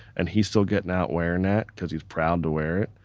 and he's still getting out wearing that because he's proud to wear it.